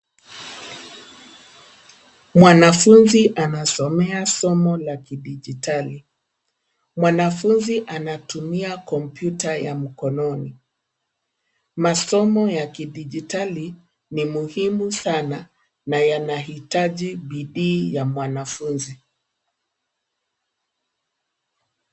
Mwanafunzi anasomea somo la kidijitali. Mwanafunzi anatumia kompyuta ya mkononi. Masomo ya kidijitali ni muhimu sana, na yanahitaji bidii ya mwanafunzi.